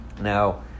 Now